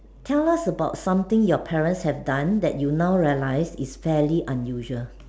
tell us about something your parents have done that you now realise it's fairly unusual